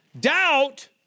doubt